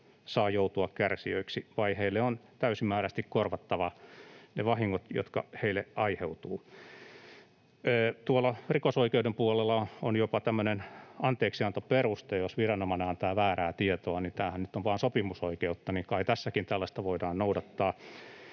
saa joutua kärsijöiksi, vaan heille on täysimääräisesti korvattava ne vahingot, joita heille aiheutuu. Rikosoikeuden puolella on jopa tämmöinen anteeksiantoperuste, jos viranomainen antaa väärää tietoa. Tämähän nyt on vain sopimusoikeutta, niin että kai tässäkin tällaista voidaan noudattaa,